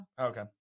Okay